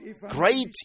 great